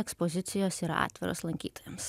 ekspozicijos yra atviros lankytojams